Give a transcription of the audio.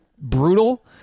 brutal –